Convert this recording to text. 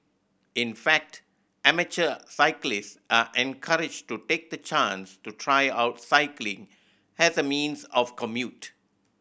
in fact amateur cyclist are encouraged to take the chance to try out cycling as a means of commute